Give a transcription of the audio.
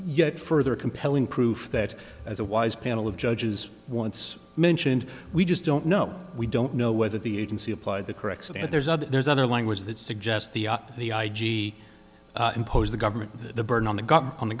yet further compelling proof that as a wise panel of judges once mentioned we just don't know we don't know whether the agency applied the carex and there's other there's other language that suggests the the i g impose the government the burden on the gut on the